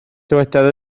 dywedodd